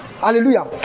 Hallelujah